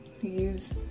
use